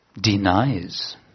denies